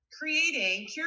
creating